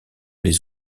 les